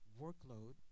workload